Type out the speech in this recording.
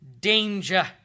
danger